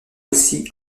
aussi